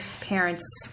parents